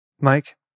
Mike